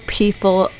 people